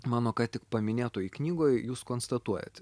mano ką tik paminėtoj knygoj jūs konstatuojat